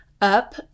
up